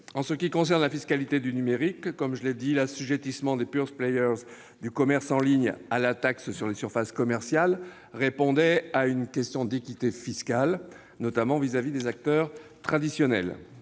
En ce qui concerne la fiscalité du numérique, comme je l'ai souligné, l'assujettissement des « pure players » du commerce en ligne à la taxe sur les surfaces commerciales répondait à une question d'équité fiscale, notamment par rapport aux acteurs traditionnels.